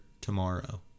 tomorrow